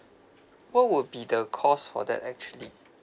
what will be the cost for that actually